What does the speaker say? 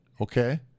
Okay